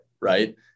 Right